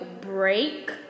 break